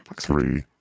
Three